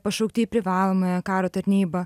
pašaukti į privalomąją karo tarnybą